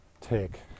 take